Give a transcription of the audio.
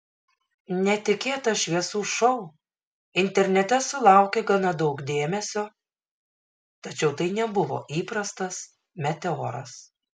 netikėtas šviesų šou internete sulaukė gana daug dėmesio tačiau tai nebuvo įprastas meteoras